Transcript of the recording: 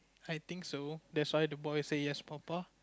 I think so that's why the boy say yes papa